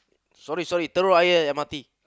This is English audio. sorry sorry Telok-Ayer M_R_T